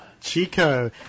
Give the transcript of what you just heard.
chico